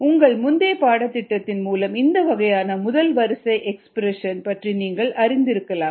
உங்கள் முந்தைய பாட திட்டத்தின் மூலம் இந்த வகையான முதல் வரிசை எக்ஸ்பிரஷன் பற்றி நீங்கள் அறிந்திருக்கலாம்